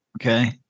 Okay